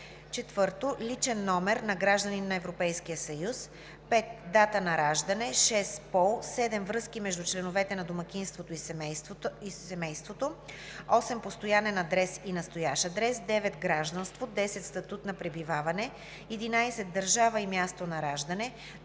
4. личен номер (ЛН) на гражданин на Европейския съюз; 5. дата на раждане; 6. пол; 7. връзки между членовете на домакинството и семейството; 8. постоянен адрес и настоящ адрес; 9. гражданство; 10. статут на пребиваване; 11. държава и място на раждане;